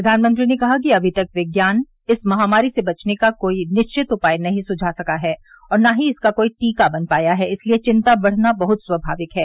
प्रधानमंत्री ने कहा कि अभी तक विज्ञान इस महामारी से बचने का कोई निश्चित उपाय नहीं सुझा सका है और न ही इसका कोई टीका बन पाया है इसलिए चिंता बढ़ना बहत स्वभाविक है